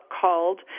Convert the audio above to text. called